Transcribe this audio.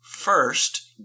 First